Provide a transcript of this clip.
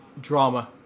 drama